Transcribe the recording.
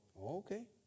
okay